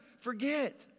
forget